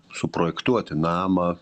suprojektuoti namą